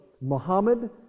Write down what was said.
Muhammad